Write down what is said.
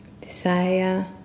desire